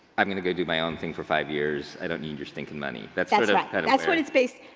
i'm gonna go do my own thing for five years, i don't need your stinking money. that's that's right, that's what it's based,